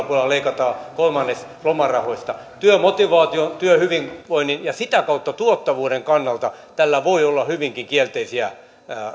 puolella leikataan kolmannes lomarahoista työmotivaation työhyvinvoinnin ja sitä kautta tuottavuuden kannalta tällä voi olla hyvinkin kielteisiä